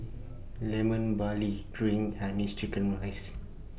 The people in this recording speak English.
Lemon Barley Drink Hainanese Chicken Rice